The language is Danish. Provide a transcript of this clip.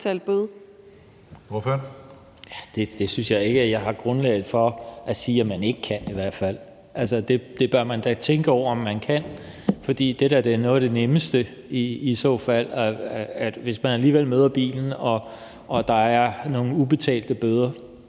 jeg i hvert fald ikke at jeg har grundlag for at sige at man ikke kan. Det bør man da tænke over om man kan, for det er da i så fald noget af det nemmeste. Hvis man alligevel møder bilen og der er nogle ubetalte bøder,